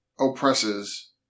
oppresses